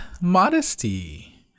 modesty